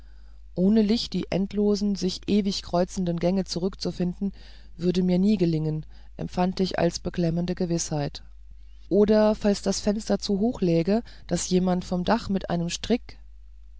ohne licht die endlosen sich ewig kreuzenden gänge zurückzufinden würde mir nie gelingen empfand ich als beklemmende gewißheit oder falls das fenster zu hoch läge daß sich jemand vom dach mit einem strick